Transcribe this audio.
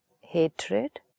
Hatred